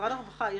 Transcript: משרד הבריאות.